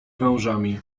wężami